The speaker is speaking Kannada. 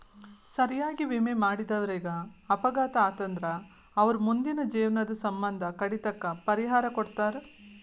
ಸರಿಯಾಗಿ ವಿಮೆ ಮಾಡಿದವರೇಗ ಅಪಘಾತ ಆತಂದ್ರ ಅವರ್ ಮುಂದಿನ ಜೇವ್ನದ್ ಸಮ್ಮಂದ ಕಡಿತಕ್ಕ ಪರಿಹಾರಾ ಕೊಡ್ತಾರ್